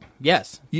Yes